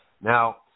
Now